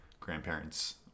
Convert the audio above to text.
grandparents